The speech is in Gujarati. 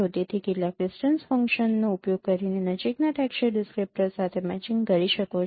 તેથી કેટલાક ડિસ્ટન્સ ફંક્શન નો ઉપયોગ કરીને નજીકના ટેક્સચર ડિસ્ક્રિક્ટર સાથે મેચિંગ કરી શકો છો